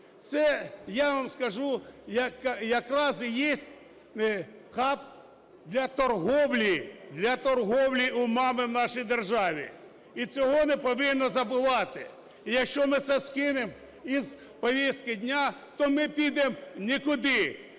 це я вам скажу, якраз і є хаб для торгівлі, для торгівлі умами у нашій державі. І цього не повинно забувати. Якщо ми це скинемо із повестки дня, то ми підемо в нікуди.